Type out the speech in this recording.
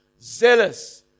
zealous